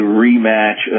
rematch